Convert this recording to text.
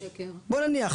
בוא נניח,